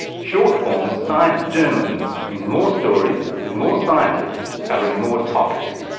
short-form science journalism means more stories with more scientists covering more topics.